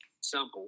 simple